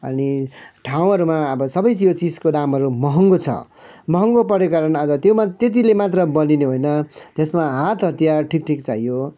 अनि ठाउँहरूमा अब सबै यो चिजको दामहरू महँगो छ महँगो परेको कारण आज त्यो मात्र तेत्तिले मात्र बनिने होइन त्यसमा हात हतियार ठिक ठिक चाहियो